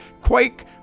quake